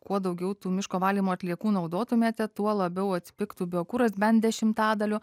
kuo daugiau tų miško valymo atliekų naudotumėte tuo labiau atpigtų biokuras bent dešimtadaliu